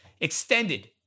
extended